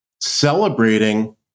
celebrating